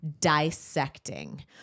dissecting